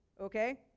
okay